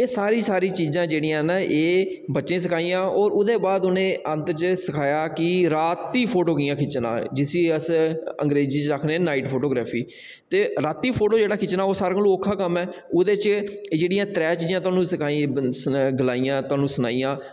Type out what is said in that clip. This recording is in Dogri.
एह् सारी सारी चीजां जेह्ड़ियां न एह् बच्चें ई सखाइयां और ओह्दे बाद उ'नें अंत च सखाया कि रातीं फोटो कियां खिच्चना जिसी अस अंग्रेजी च आखने नाइट फोटोग्राफी ते राती फोटो जेह्ड़ा खिच्चना ओह् सारें कोला औखा कम्म ऐ ओह्दे च जेह्ड़ियां त्रै चीजां थुहानूं सखाइयां स ग गलाइयां थुहानूं सनाइयां